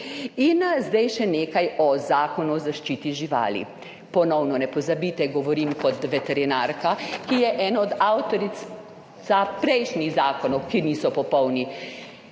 In zdaj še nekaj o Zakonu o zaščiti živali. Ponovno, ne pozabite, govorim kot veterinarka, ki je ena od avtoric prejšnjih zakonov, ki niso popolni.